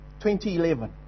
2011